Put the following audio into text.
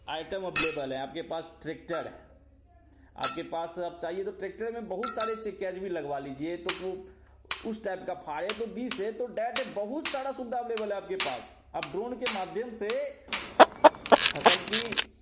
item available हैं आपके पास ट्रेक्टर है आपके पास अब चाहिए तो ट्रकटर में बहुत सारे लगवा लीजिए यह तो उस टाइप का फ़ायदा है दिस है तो डयट है बहुत सारी सुविधा अब्लेबल है आपके पास आप ड्रोन के माध्यम से फ़सल की